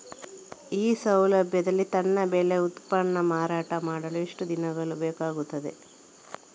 ಈ ಸೌಲಭ್ಯದಲ್ಲಿ ನನ್ನ ಬೆಳೆ ಉತ್ಪನ್ನ ಮಾರಾಟ ಮಾಡಲು ಎಷ್ಟು ದಿನಗಳು ಬೇಕಾಗುತ್ತದೆ?